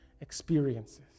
experiences